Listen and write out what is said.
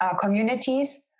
communities